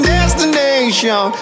Destination